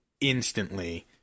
instantly